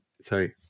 Sorry